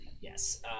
Yes